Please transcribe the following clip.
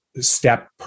step